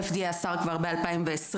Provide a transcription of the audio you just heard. FDA אסר כבר ב-2020.